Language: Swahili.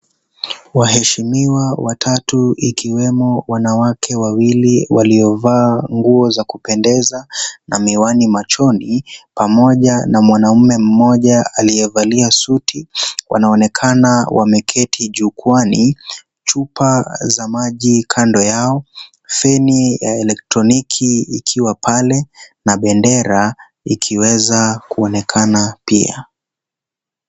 Waheshimiwa watatu ikiwemo wanawake wawili waliovaa nguo za kupendeza na mwiwani machoni pamoja na mwanaume mmoja aliyevalia suti wanaonekana wameketi jukwaani chupa za maji kando yao feni ya elektroniki ikiwa pale na bendera ikiweza kuonekana pia.